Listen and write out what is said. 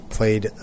played